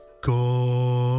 Go